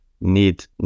need